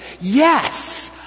Yes